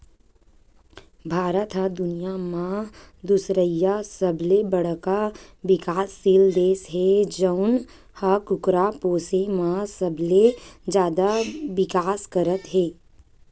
भारत ह दुनिया म दुसरइया सबले बड़का बिकाससील देस हे जउन ह कुकरा पोसे म सबले जादा बिकास करत हे